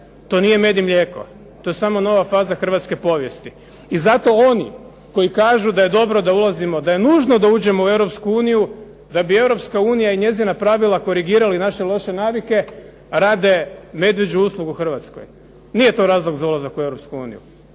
To nije med i mlijeko. To je samo nova faza hrvatske povijesti. I zato oni koji kažu da je dobro da je nužno da uđemo u Europsku uniju, da bi Europska unija i njezina pravila korigirali naše loše navike, rade medvjeđu uslugu Hrvatskoj. Nije to razlog za ulazak u